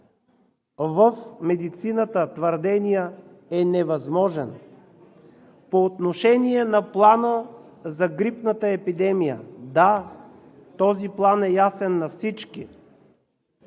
в медицината твърдения, е невъзможно! По отношение на Плана за грипната епидемия. Да, този план е ясен на всички.